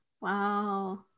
Wow